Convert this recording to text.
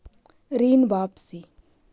ऋण वापसी?